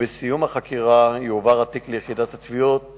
ובסיום החקירה יועבר התיק ליחידת התביעות